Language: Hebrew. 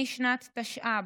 משנת תשע"ב,